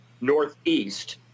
northeast